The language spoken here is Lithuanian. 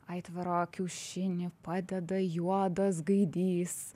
aitvaro kiaušinį padeda juodas gaidys